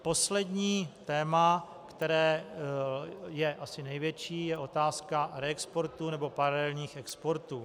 Poslední téma, které je asi největší, je otázka reexportů nebo paralelních exportů.